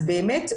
אז באמת,